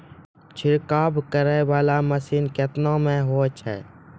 छिड़काव करै वाला मसीन केतना मे होय छै?